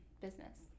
business